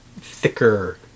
thicker